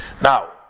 Now